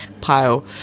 pile